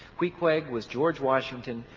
queequeg was george washington,